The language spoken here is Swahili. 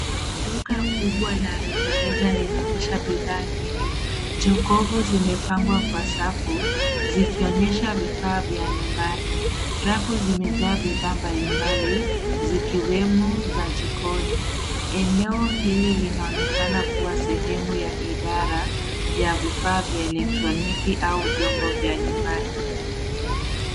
Duka kubwa la reja reja linaonyesha bidhaa nyingi. Jokovu zimepangwa kwa safu, zikionyesha bidhaa vya nyumbani. Rafu zimejaa bidhaa mbali mbali, zikiwemo za jikoni. Eneo hili linaonekana kuwa sehemu ya idara ya vifaa vya elektroniki au vyombo vya nyumbani.